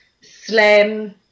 slim